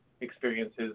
experiences